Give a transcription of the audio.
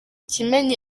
kimenyi